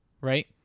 right